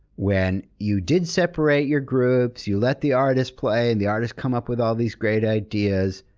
when you did separate your groups, you let the artists play and the artists come up with all these great ideas,